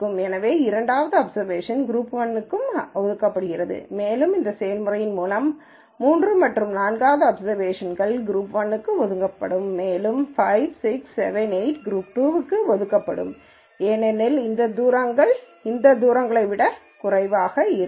எனவே இரண்டாவது observation group 1க்கும் ஒதுக்கப்பட்டுள்ளது மேலும் இந்த செயல்முறையின் மூலம் 3 மற்றும் நான்காவது அப்சர்வேஷன்னும்குரூப் 1 க்கு ஒதுக்கப்படும் மேலும் 5 6 7 8 குரூப் 2 க்கு ஒதுக்கப்படும் ஏனெனில் இந்த தூரங்கள் இந்த தூரங்களை விட குறைவாக இருக்கும்